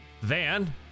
Van